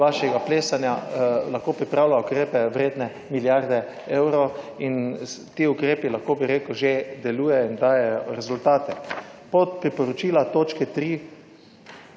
vašega plesanja lahko pripravila ukrepe vredne milijarde evrov in ti ukrepi, lahko bi rekel, že delujejo in dajejo rezultate. Pod priporočila točke 3.